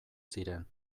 ziren